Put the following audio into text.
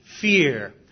fear